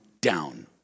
down